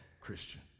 Christian